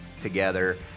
together